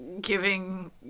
giving